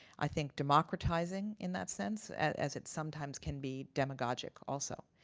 i think democratizing in that sense, as it sometimes can be demogogic also.